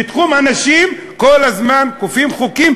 ובתחום הנשים כל הזמן כופים חוקים,